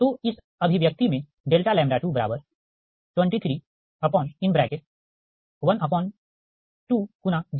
तो इस अभिव्यक्ति में 2312×01512×0183763